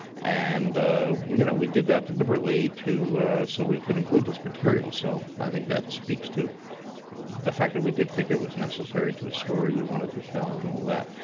and you know we did that deliberately so we could include this material. so, i think that speaks to the fact that we did think it was necessary to the story we wanted to tell and all that.